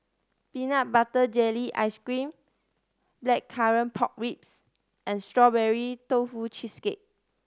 peanut butter jelly ice cream Blackcurrant Pork Ribs and Strawberry Tofu Cheesecake